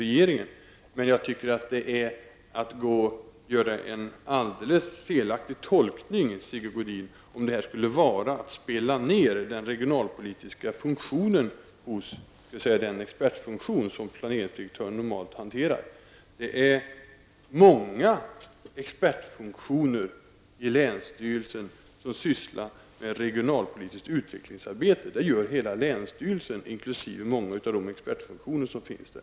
Men jag tycker att Sigge Godin gör en alldeles felaktig tolkning om han menar att detta skulle innebära att man så att säga spelar ned den regionalpolitiska funktionen hos den expertfunktion som planeringsdirektören normalt hanterar. Det är många expertfunktioner i länsstyrelsen som sysslar med regionalpolitiskt utvecklingsarbete. Det gör hela länsstyrelsen inkl. många av de expertfunktioner som finns där.